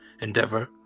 endeavor